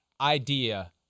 idea